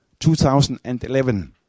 2011